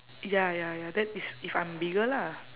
ya ya ya that is if I'm bigger lah